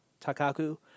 Takaku